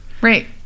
Right